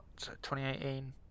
2018